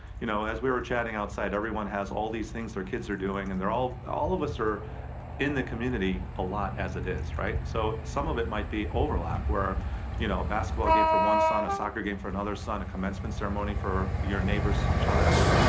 you know as we were chatting outside, everyone has all these things their kids are doing, and all all of us are in the community a lot as it is, right? so some of it might be overlap, where you know a basketball game for one son, a soccer game for another son, a commencement ceremony for for your neighbor's child.